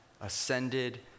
ascended